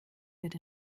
wird